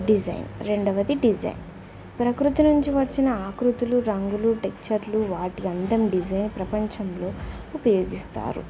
design రెండవది design ప్రకృతి నుంచి వచ్చిన ఆకృతులు రంగులు టెక్చర్లు వాటి అందం డిజైన్ ప్రపంచంలో ఉపయోగిస్తారు